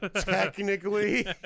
technically